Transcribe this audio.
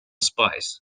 spies